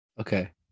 Okay